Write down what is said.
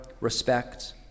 respect